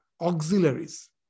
auxiliaries